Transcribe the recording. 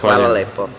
Hvala lepo.